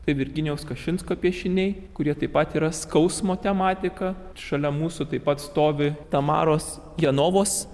tai virginijaus kašinsko piešiniai kurie taip pat yra skausmo tematika šalia mūsų taip pat stovi tamaros genovos